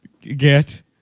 Get